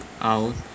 out